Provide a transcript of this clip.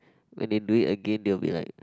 when they do it again they will be like